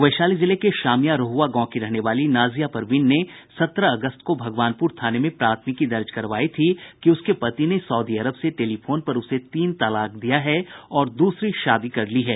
वैशाली जिले के शामिया रोहुआ गांव की रहने वाली नाजिया परवीन ने सत्रह अगस्त को भगवानपुर थाने में प्राथमिकी दर्ज करवाई थी कि उसके पति ने सऊदी अरब से टेलीफोन पर उसे तीन तलाक दिया है और दूसरी शादी कर ली है